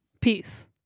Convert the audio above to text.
Peace